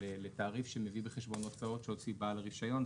לתעריף שמביא בחשבון הוצאות שהוציא בעל הרישיון.